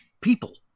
people